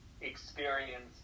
experience